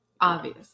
Obvious